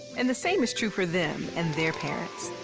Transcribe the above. and the same is true for them and their parents.